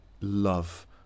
love